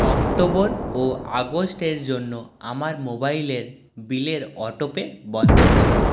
October ও অগাস্টের জন্য আমার মোবাইলের বিলের অটোপে বন্ধ করুন